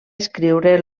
escriure